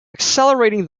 accelerating